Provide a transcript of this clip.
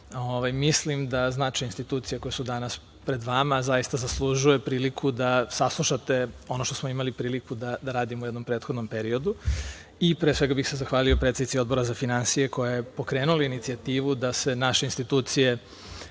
mislim da značaj institucija koje su danas pred vama zaista zaslužuje priliku da saslušate ono što smo imali prilike da radimo u jednom prethodnom periodu. Pre svega bih se zahvalio predsednici Odbora za finansije, koja je pokrenula inicijativu da se naše institucije